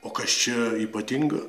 o kas čia ypatinga